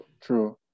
true